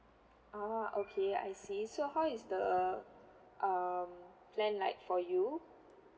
ah okay I see so how is the um plan like for you